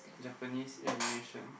Japanese's animation